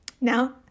Now